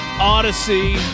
Odyssey